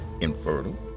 infertile